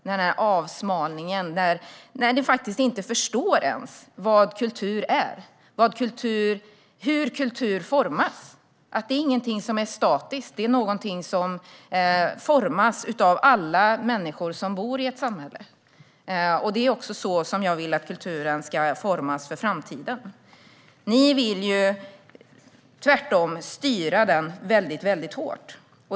Det är en avsmalning, och ni förstår inte ens vad kultur är och hur kultur formas. Kultur är ingenting som är statiskt, utan det är någonting som formas av alla människor som bor i ett samhälle. Det är också så jag vill att kulturen ska formas för framtiden. Ni vill tvärtom styra kulturen väldigt hårt.